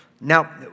Now